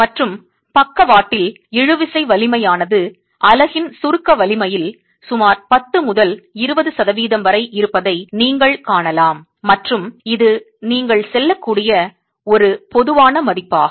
மற்றும் பக்கவாட்டில் இழுவிசை வலிமையானது அலகின் சுருக்க வலிமையில் சுமார் 10 முதல் 20 சதவீதம் வரை இருப்பதை நீங்கள் காணலாம் மற்றும் இது நீங்கள் செல்லக்கூடிய ஒரு பொதுவான மதிப்பாகும்